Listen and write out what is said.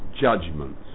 judgments